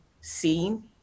seen